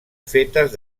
fetes